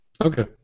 Okay